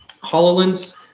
HoloLens